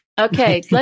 Okay